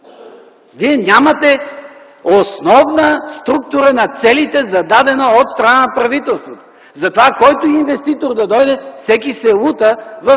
Вие нямате основна структура на целите, зададена от страна на правителството. Затова, който и инвеститор да дойде, всеки се лута в